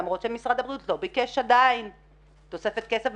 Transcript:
למרות שמשרד הבריאות כבר ביקש תוספת כסף,